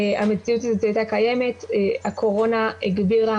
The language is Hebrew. המציאות הזאת הייתה קיימת והקורונה הגבירה